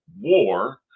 war